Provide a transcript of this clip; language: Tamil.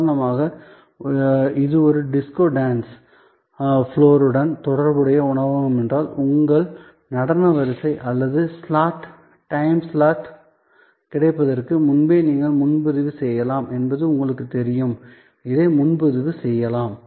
உதாரணமாக இது ஒரு டிஸ்கோ டான்ஸ் ஃப்ளோருடன் தொடர்புடைய உணவகம் என்றால் உங்கள் நடன வரிசை அல்லது ஸ்லாட் டைம் ஸ்லாட் கிடைப்பதற்கு முன்பே நீங்கள் முன்பதிவு செய்யலாம் என்பது உங்களுக்குத் தெரியும் இதை முன்பதிவு செய்யலாம்